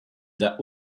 that